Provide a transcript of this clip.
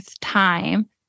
time